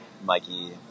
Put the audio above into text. Mikey